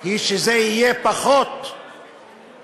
היא שזה יהיה פחות מ-15%.